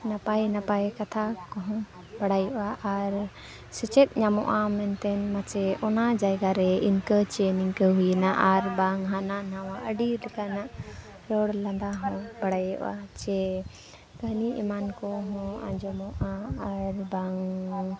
ᱱᱟᱯᱟᱭ ᱱᱟᱯᱟᱭ ᱠᱟᱛᱷᱟ ᱠᱚᱦᱚᱸ ᱵᱟᱲᱟᱭᱚᱜᱼᱟ ᱟᱨ ᱥᱮᱪᱮᱫ ᱧᱟᱢᱚᱜᱼᱟ ᱢᱮᱱᱛᱮ ᱱᱟᱥᱮ ᱚᱱᱟ ᱡᱟᱭᱜᱟᱨᱮ ᱤᱱᱠᱟᱹ ᱪᱮ ᱱᱤᱝᱠᱟᱹ ᱦᱩᱭᱮᱱᱟ ᱟᱨᱵᱟᱝ ᱦᱟᱱᱟ ᱱᱟᱣᱟ ᱟᱹᱰᱤ ᱞᱮᱠᱟᱱᱟᱜ ᱨᱚᱲ ᱞᱟᱸᱫᱟ ᱦᱚᱸ ᱵᱟᱲᱟᱭᱚᱜᱼᱟ ᱪᱮ ᱠᱟᱹᱦᱱᱤ ᱮᱢᱟᱱ ᱠᱚ ᱟᱸᱡᱚᱢᱚᱜᱼᱟ ᱟᱨ ᱵᱟᱝ